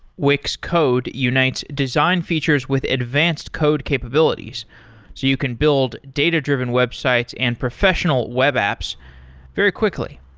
wix code unites design features with advanced code capabilities, so you can build data-driven websites and professional web apps very quickly.